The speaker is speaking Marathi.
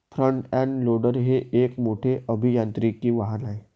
फ्रंट एंड लोडर हे एक मोठे अभियांत्रिकी वाहन आहे